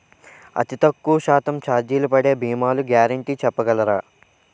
అతి తక్కువ శాతం ఛార్జీలు పడే భీమాలు గ్యారంటీ చెప్పగలరా?